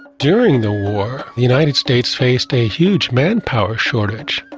during the war the united states faced a huge manpower shortage.